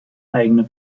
eigene